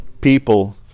people